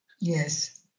Yes